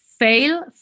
fail